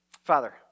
Father